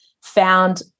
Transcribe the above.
found